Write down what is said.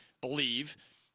believe